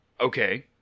Okay